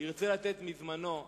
ירצה לתת מזמנו לך,